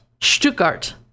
stuttgart